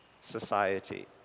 society